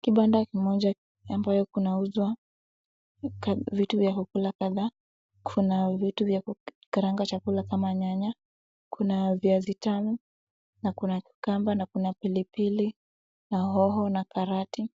Kibanda kimoja ambayo kunauzwa vitu vya kukula kadhaa kuna vitu za kukaranga chakula kama nyanya, kuna viazi tamu na kuna cucumber na kuna pilipili na hoho na karati